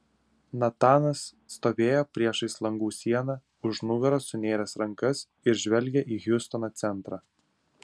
natanas stovėjo priešais langų sieną už nugaros sunėręs rankas ir žvelgė į hjustono centrą